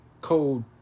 code